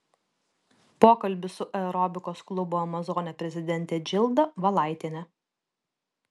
pokalbis su aerobikos klubo amazonė prezidente džilda valaitiene